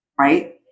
right